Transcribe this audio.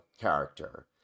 character